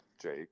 Jake